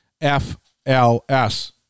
F-L-S